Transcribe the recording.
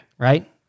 Right